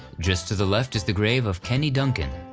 just to the left is the grave of kenne duncan.